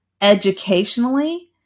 educationally